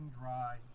dry